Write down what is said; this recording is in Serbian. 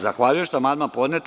Zahvaljujem što je amandman podnet.